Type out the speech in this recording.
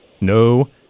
No